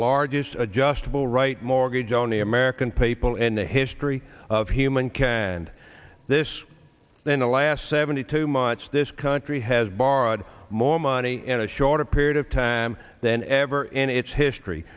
largest adjustable rate mortgage on the american people in the history of humankind this than the last seventy two much this country has borrowed more money in a shorter period of time than ever in its history